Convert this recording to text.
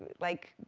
like,